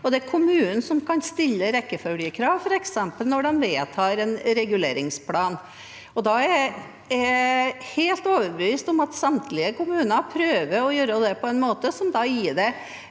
det er kommunen som kan stille rekkefølgekrav, f.eks. når de vedtar en reguleringsplan. Da er jeg helt overbevist om at samtlige kommuner prøver å gjøre det på en måte som gir den